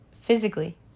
physically